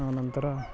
ಅನಂತರ